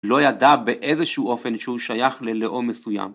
לא ידע באיזשהו אופן שהוא שייך ללאום מסוים.